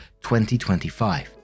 2025